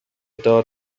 دار